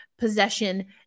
possession